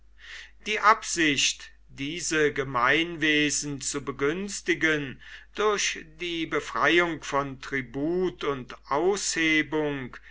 die absicht diese gemeinwesen zu begünstigen durch die befreiung von tribut und